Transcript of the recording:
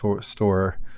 store